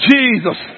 Jesus